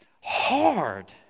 hard